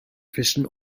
fischen